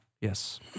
Yes